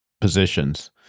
positions